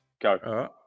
Go